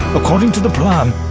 according to the plan,